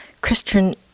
Christian